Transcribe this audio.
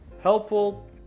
helpful